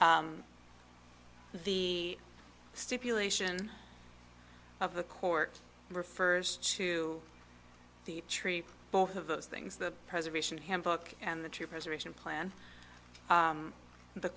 the stipulation of the court refers to the tree both of those things the preservation hymn book and the tree preservation plan and the